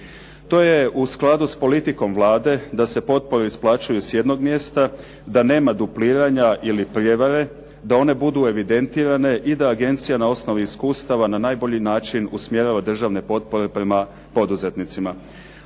To je u skladu sa politikom Vlade da se potpore isplaćuju s jednog mjesta, da nema dupliranja ili prijevare, da one budu evidentirane i da agencija na osnovi iskustava na najbolji način usmjerava državne potpore prema poduzetnicima.